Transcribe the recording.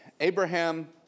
Abraham